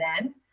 end